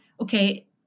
okay